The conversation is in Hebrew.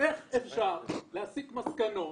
איך אפשר להסיק מסקנות